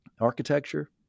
architecture